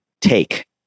take